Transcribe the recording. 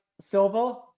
Silva